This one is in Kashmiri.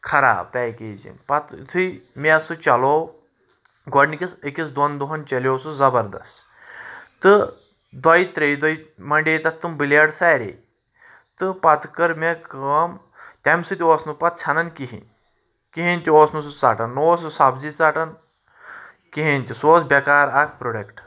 خراب پیکیجِنٛگ پَتہٕ یُتھُے مےٚ سُہ چلوو گۄڈٕنِکِس أکِس دۄن دۄہَن چلیٛوو سُہ زبردست تہٕ دۄیہِ ترٛیٚیہِ دُہۍ مۄنٛڈے تَتھ تِم بٕلیڈ سارے تہٕ پَتہٕ کٔر مےٚ کٲم تَمہِ سۭتۍ اوس نہٕ پَتہٕ ژھیٚنان کِہیٖنۍ کِہیٖنۍ تہِ اوس نہٕ سُہ ژَٹان نَہ اوس سُہ سبزی ژَٹان کِہیٖنۍ تہِ سُہ اوس بیٚکار اَکھ پرٛوڈَکٹہٕ